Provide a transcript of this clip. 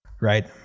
right